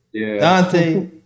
Dante